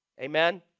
Amen